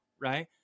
right